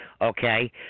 okay